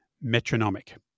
metronomic